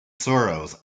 sorrows